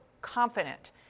confident